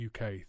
UK